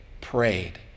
prayed